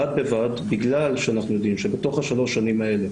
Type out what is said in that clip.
בד בבד בגלל שאנחנו יודעים שבתוך שלוש השנים האלה